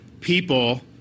people